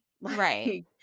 right